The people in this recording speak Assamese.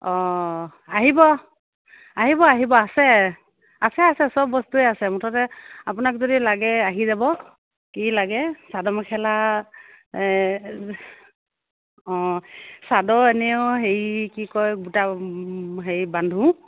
অ আহিব আহিব আহিব আছে আছে আছে সব বস্তুৱে আছে মুঠতে আপোনাক যদি লাগে আহি যাব কি লাগে চাদৰ মেখেলা অ চাদৰ এনেও হেৰি কি কয় বুটা হেৰি বান্ধো